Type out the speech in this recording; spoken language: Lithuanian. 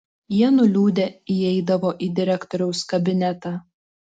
jie nuliūdę įeidavo į direktoriaus kabinetą